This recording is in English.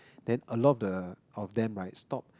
then a lot of the of them right stop